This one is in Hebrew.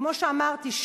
כמו שאמרתי,